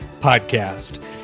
Podcast